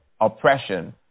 oppression